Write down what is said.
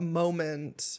moment